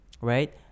right